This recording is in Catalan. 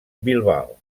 bilbao